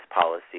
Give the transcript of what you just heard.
policy